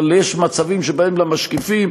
אבל יש מצבים שבהם המשקיפים,